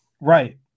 Right